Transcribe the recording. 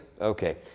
Okay